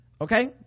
okay